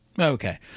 Okay